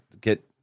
get